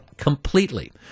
completely